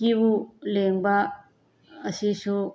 Q ꯂꯦꯡꯕ ꯑꯁꯤꯁꯨ